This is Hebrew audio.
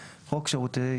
חוק שירות מידע פיננסי,